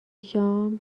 شام